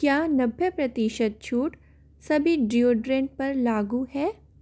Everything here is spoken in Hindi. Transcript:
क्या नब्बे प्रतिशत छूट सभी डिओड्रेंट पर लागू है